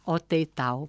o tai tau